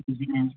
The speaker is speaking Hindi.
जी नहीं